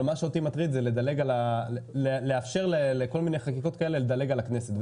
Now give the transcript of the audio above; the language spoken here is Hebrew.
זה לאפשר לכל מיני חקיקות כאלה לדלג על הכנסת.